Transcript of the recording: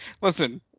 listen